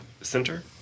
center